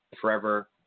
forever